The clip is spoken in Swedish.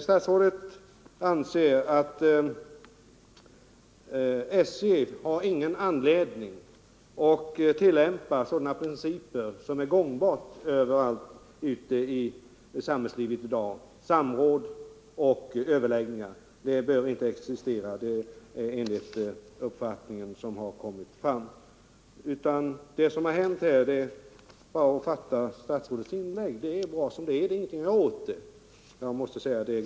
Statsrådet anser att SJ inte har någon anledning att tillämpa de principer som i dag är gångbara överallt i samhällslivet, såsom samråd och överläggningar. Sådant behöver inte existera enligt hans uppfattning. Av statsrådets inlägg får man den uppfattningen att han anser att det är bra som det är, och det finns inte någonting att göra åt saken.